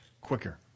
quicker